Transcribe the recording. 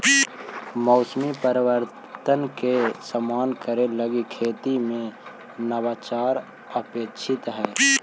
मौसमी परिवर्तन के सामना करे लगी खेती में नवाचार अपेक्षित हई